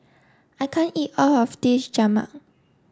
I can't eat all of this